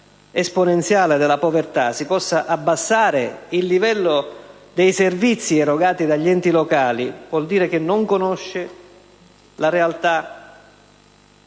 esponenziale della povertà si possa abbassare il livello dei servizi erogati dagli enti locali, vuol dire che non conosce la realtà